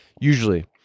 usually